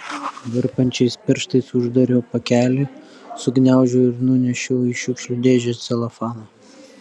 virpančiais pirštais uždariau pakelį sugniaužiau ir nunešiau į šiukšlių dėžę celofaną